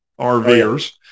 RVers